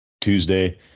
Tuesday